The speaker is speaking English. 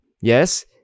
yes